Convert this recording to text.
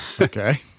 okay